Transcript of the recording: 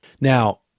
Now